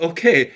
Okay